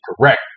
correct